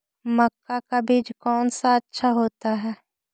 मक्का का बीज कौन सा अच्छा होता है?